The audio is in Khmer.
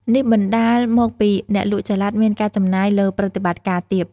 នេះបណ្តាលមកពីអ្នកលក់ចល័តមានការចំណាយលើប្រតិបត្តិការទាប។